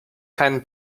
keinen